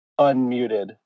unmuted